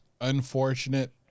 unfortunate